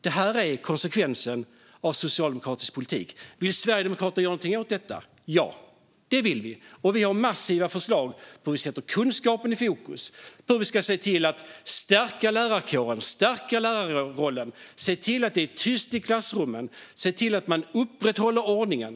Det här är konsekvensen av socialdemokratisk politik. Vill Sverigedemokraterna göra någonting åt detta? Ja, det vill vi, och vi har massiva förslag på hur vi sätter kunskapen i fokus och hur vi ska se till att stärka lärarkåren och lärarrollen. Vi har förslag på hur vi ska se till att det är tyst i klassrummen och hur man upprätthåller ordningen.